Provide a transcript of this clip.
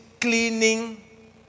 cleaning